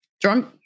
drunk